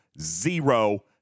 Zero